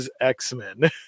X-Men